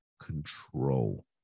control